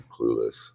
clueless